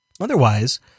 otherwise